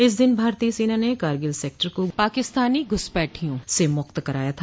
इस दिन भारतीय सेना ने करगिल सेक्टर को पाकिस्तानी घुसपैठियों से मुक्त कराया था